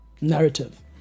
narrative